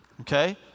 okay